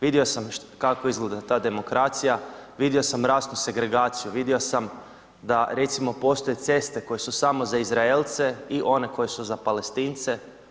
Vidio sam kako izgleda ta demokracija, vidio sam rasnu segregaciju, vidio sam da recimo postoje ceste koje su samo za Izraelce i one koje su za Palestince.